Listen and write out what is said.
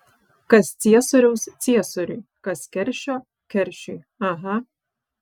kas ciesoriaus ciesoriui kas keršio keršiui aha